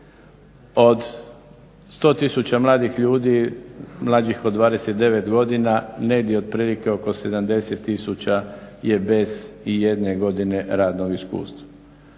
Od 100 tisuća mladih ljudi mlađih od 29 godina negdje otprilike oko 70 tisuća je bez ijedne godine radnog iskustva